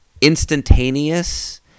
instantaneous